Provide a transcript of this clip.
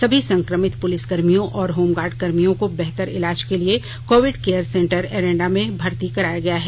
सभी संक्रमित पुलिसकर्मियों और होम गार्ड कर्मियों को बेहतर इलाज के लिए कोविड केयर सेंटर एरेन्डा में भर्ती कराया गया है